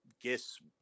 guess